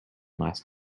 last